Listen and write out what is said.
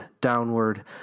downward